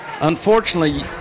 Unfortunately